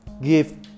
give